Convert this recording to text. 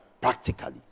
practically